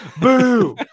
boo